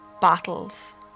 battles